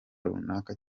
runaka